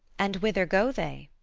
and whither go they?